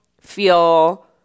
feel